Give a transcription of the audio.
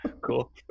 Cool